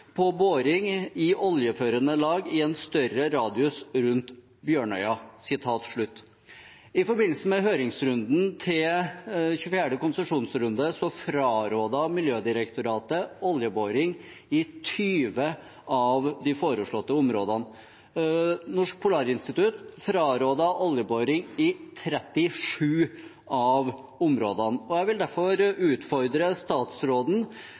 på boring i oljeførende lag i en større radius rundt Bjørnøya». I forbindelse med høringsrunden til 24. konsesjonsrunde frarådet Miljødirektoratet oljeboring i 20 av de foreslåtte områdene. Norsk Polarinstitutt frarådet oljeboring i 37 av områdene. Jeg vil derfor utfordre statsråden